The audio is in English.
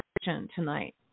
tonight